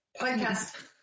podcast